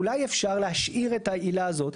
אולי אפשר להשאיר את העילה הזאת.